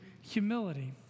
humility